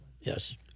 Yes